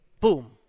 Boom